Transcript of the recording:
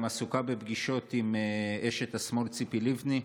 הממשלה היא גם עסוקה בפגישות עם אשת השמאל ציפי לבני,